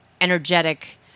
Energetic